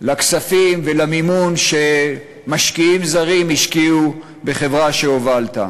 לכספים ולמימון שמשקיעים זרים השקיעו בחברה שהובלת.